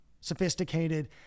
sophisticated